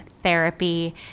therapy